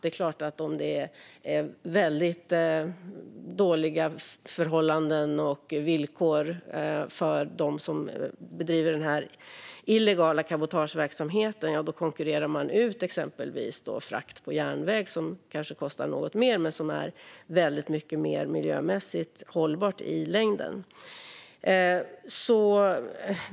Det är klart att illegal cabotageverksamhet som är billig på grund av dåliga förhållanden och villkor konkurrerar ut exempelvis frakt på järnväg, som kanske kostar något mer men är mycket mer miljömässigt hållbar i längden.